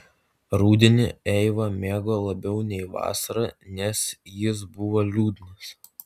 rudenį eiva mėgo labiau nei vasarą nes jis buvo liūdnas